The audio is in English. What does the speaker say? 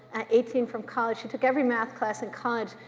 at eighteen from college. she took every math class in college.